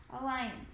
alliance